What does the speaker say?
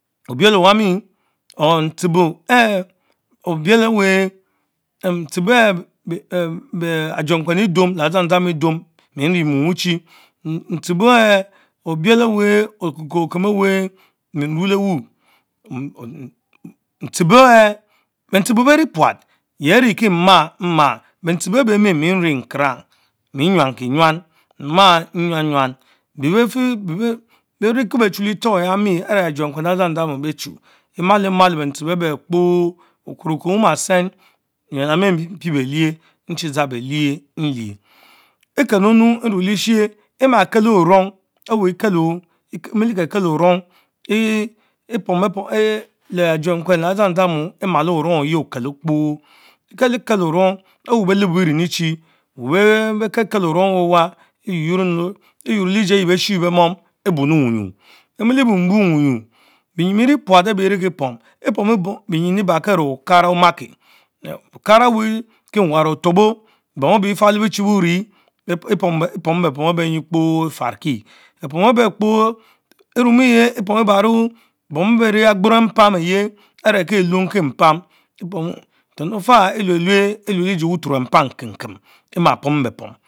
Obiele owami or ntshebo ehh agenkuen Idum leh adzamdzamu Idum, mierne mom uchi, ntshebo anh Obiel owen okemkem Owen mi vuelewo, ntshe bo ehh, benshebo beh rie puat yeah ria kie ma, maa bentchebo ebebemeh mie rilie nkera, mie nwankinwan, ima nwannwan, beh bee rie kieh beh Chay le tor yann are agenkwen Le adzamdzamu berchu, Emale Male bentsheben bek kpo bu Ko ma Ashen ben mie Prie belich, nchie dgang belich mlie. Ekenann ume le shier emakelo orning oweh Kelo, emmülekekel oring ehh pom be Pom lee agenkien le adz drama emalo oring oqs okelo kpo, Ekelikel erung awen beh lebbo ering Echie kekel orong ewa ururok le sie exie bee shie beh mom ebuenu onyuu, benyin bet vie puat abie pom, nekie pom, epomy ebanki aré Okara omake, okara wue kinwarr otuoto, bom ebech efale bee chi urie epomu beh pom eben yie kpor Efarrki. Bom ebeh kpo, em erumence epom et ebarki ave bet ne aboro empan eyich are kie hanki mpam nten ofar elue lue echie buturo mpam kem ken ema pomu be pom.